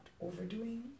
overdoing